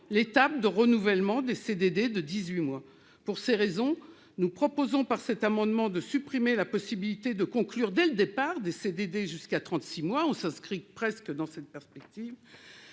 l'étape de renouvellement des CDD de dix-huit mois. Pour toutes ces raisons, nous proposons par cet amendement de supprimer la possibilité de conclure dès le départ des CDD jusqu'à trente-six mois- on s'inscrit presque directement dans cette perspective